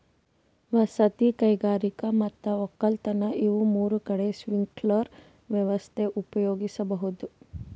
ವಸತಿ ಕೈಗಾರಿಕಾ ಮತ್ ವಕ್ಕಲತನ್ ಇವ್ ಮೂರ್ ಕಡಿ ಸ್ಪ್ರಿಂಕ್ಲರ್ ವ್ಯವಸ್ಥೆ ಉಪಯೋಗಿಸ್ಬಹುದ್